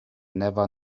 never